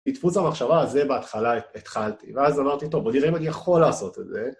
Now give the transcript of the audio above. מדפוס המחשבה הזו בהתחלה התחלתי, ואז אמרתי, טוב, בוא נראה אם אני יכול לעשות את זה.